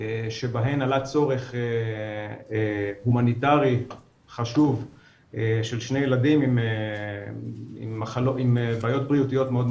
שבהם עלה צורך הומניטרי חשוב של שני ילדים עם בעיות בריאותיות מאוד,